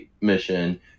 mission